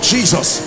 Jesus